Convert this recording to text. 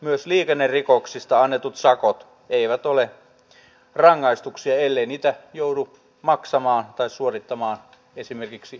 myöskään liikennerikoksista annetut sakot eivät ole rangaistuksia ellei niitä joudu maksamaan tai suorittamaan esimerkiksi yhdyskuntapalveluna